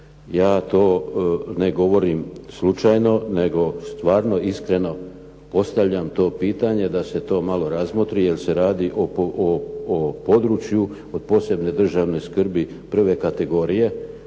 Ja to ne govorim slučajno nego stvarno iskreno postavljam to pitanje da se to malo razmotri, jer se radi o području od posebne državne skrbi prve kategorije